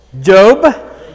Job